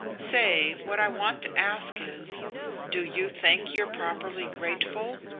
say, what i want to ask is do you think you're properly grateful?